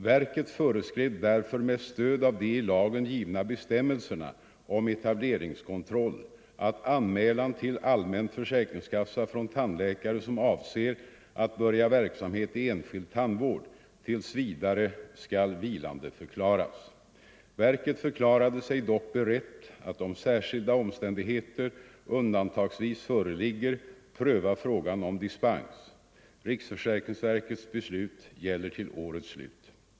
Verket föreskrev därför 21 november 1974 med stöd av de i lagen givna bestämmelserna om etableringskontroll I att anmälan till allmän försäkringskassa från tandläkare som avser att — Om upphävande av börja verksamhet i enskild tandvård tills vidare skall vilandeförklaras. — etableringsstoppet Verket förklarade sig dock berett att om särskilda omständigheter undan = för tandläkare, tagsvis föreligger pröva frågan om dispens. Riksförsäkringsverkets beslut — m.m. gäller till årets slut.